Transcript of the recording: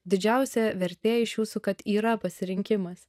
didžiausia vertė iš jūsų kad yra pasirinkimas